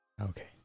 Okay